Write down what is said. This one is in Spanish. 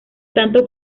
tanto